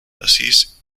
aziz